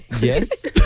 Yes